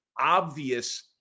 obvious